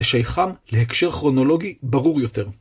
השייכם להקשר כרונולוגי ברור יותר.